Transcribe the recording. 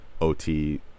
OT